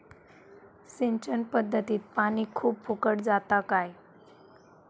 सिंचन पध्दतीत पानी खूप फुकट जाता काय?